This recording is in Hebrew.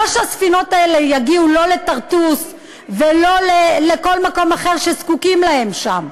לא שהספינות האלה יגיעו: לא לטרטוס ולא לכל מקום אחר שזקוקים להן שם,